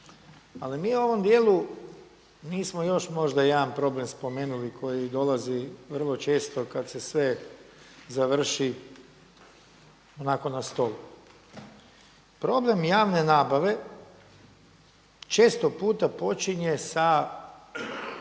Ali mi u ovom djelu nismo još možda jedan problem spomenuli koji dolazi vrlo često kad se sve završi onako na stol. Problem javne nabave često puta počinje sa